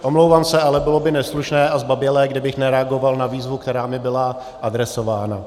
Omlouvám se, ale bylo by neslušné a zbabělé, kdybych nereagoval na výzvu, která mi byla adresována.